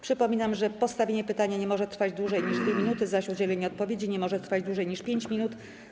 Przypominam, że postawienie pytania nie może trwać dłużej niż 2 minuty, zaś udzielenie odpowiedzi nie może trwać dłużej niż 5 minut.